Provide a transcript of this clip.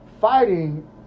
fighting